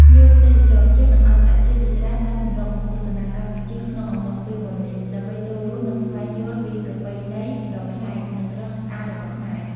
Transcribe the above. ភ្ញៀវទេសចរជាតិ និងអន្តរជាតិជាច្រើនបានសម្រុកមកទស្សនាកម្ពុជាក្នុងអំឡុងពេលបុណ្យនេះ ដើម្បីចូលរួម និងស្វែងយល់ពីប្រពៃណីដ៏ប្លែក និងស្រស់ស្អាតរបស់ខ្មែរ។